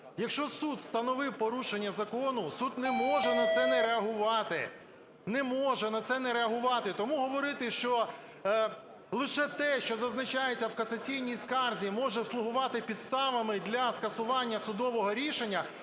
Якщо суд встановив порушення закону, суд не може на це не реагувати, не може на це не реагувати. Тому говорити, що лише те, що зазначається в касаційній скарзі, може слугувати підставами для скасування судового рішення